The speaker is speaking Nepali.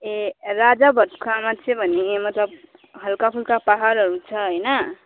ए राजा भातखावामा चाहिँ भने मतलब हल्का फुल्का पाहाडहरू छ होइन